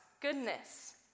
goodness